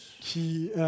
qui